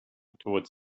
toward